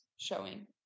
showing